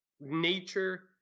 nature –